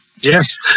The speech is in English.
Yes